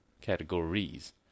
categories